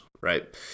Right